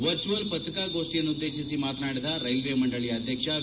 virtual ಪತ್ರಿಕಾಗೋಷ್ಟಿಯನ್ನುದ್ದೇಶಿಸಿ ಮಾತನಾಡಿದ railway ಮಂಡಳಿಯ ಅಧ್ಯಕ್ಷ ವಿ